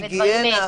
היגיינה,